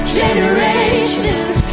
generations